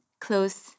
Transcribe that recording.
close